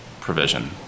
provision